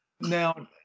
Now